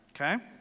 Okay